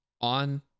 on